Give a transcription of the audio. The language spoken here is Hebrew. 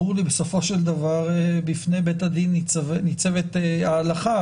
ברור לי שבסופו של דבר בפני בית הדין ניצבת ההלכה,